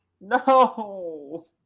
no